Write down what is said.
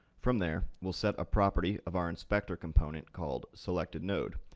from there, we'll set a property of our inspector component called selectednode,